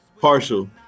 Partial